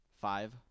five